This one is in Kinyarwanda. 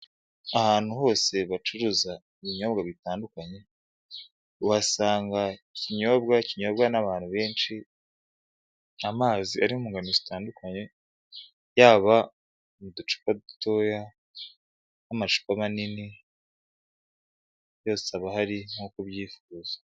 Ahantu hose bacuruza ibinyobwa bitandukanye, uhasanga ikinyobwa kinyobwa n'abantu benshi, amazi ari mu ngano zitandukanye, yaba mu ducupa dutoya n'amacupa manini, yose aba ahari nk'uko ubyifuza.